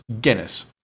Guinness